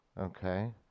Okay